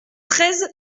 treize